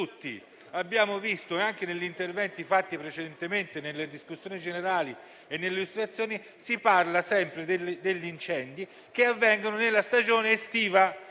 abbiamo visto, anche negli interventi precedenti in discussione generale e in fase di illustrazione, che si parla sempre degli incendi che avvengono nella stagione estiva.